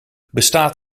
bestaat